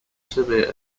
severe